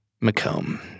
Macomb